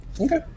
Okay